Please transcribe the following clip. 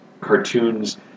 cartoons